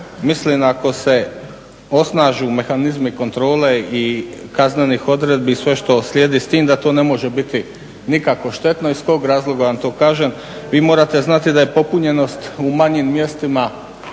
mislim ako se osnaži u mehanizme kontrole i kaznenih odredbi i sve što slijedi s time da to ne može biti nikako štetno. Iz kojeg razloga vam to kažem? Vi morate znati da je popunjenost u manjim mjestima